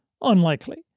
unlikely